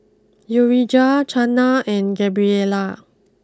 Urijah Chana and Gabriella